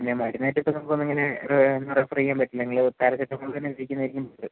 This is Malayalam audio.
പിന്നെ മരുന്ന് ആയിട്ട് ഇപ്പോൾ നമുക്ക് ഒന്നും അങ്ങനെ റെഫർ ചെയ്യാൻ പറ്റില്ല നിങ്ങ പാരസെറ്റമോൾ തന്നെ കഴിക്കുന്നത് ആയിരിക്കും ഇത്